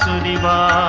geneva